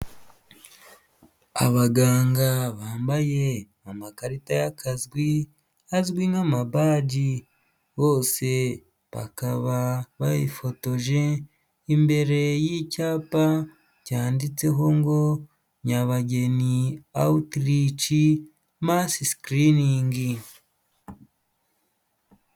Abaganga bambaye amakarita y'akazi, azwi nk'amabaji. Bose bakaba bifotoje imbere y'icyapa cyanditseho ngo: "Nyabageni awutirici masi sikiringi."